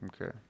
Okay